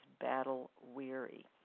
battle-weary